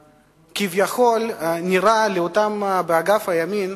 שכביכול נראה לאותם שיושבים כאן באגף הימין